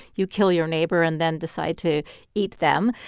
you kill your neighbor and then decide to eat them.